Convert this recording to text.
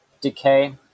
decay